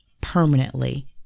permanently